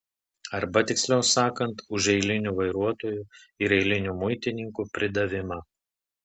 arba tiksliau sakant už eilinių vairuotojų ir eilinių muitininkų pridavimą